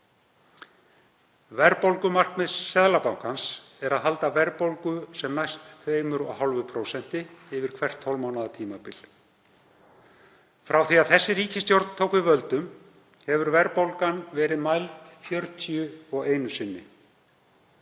Verðbólgumarkmið Seðlabankans er að halda verðbólgu sem næst 2,5% yfir hvert 12 mánaða tímabil. Frá því að þessi ríkisstjórn tók við völdum hefur verðbólgan verið mæld 41 sinni.